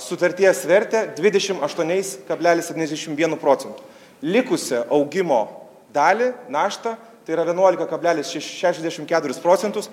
sutarties vertę dvidešim aštuoniais kablelis septyniasdešim vienu procentu likusią augimo dalį naštą tai yra vienuolika kablelis šeši šešiasdešim keturis procentus